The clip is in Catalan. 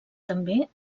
també